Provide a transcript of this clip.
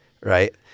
Right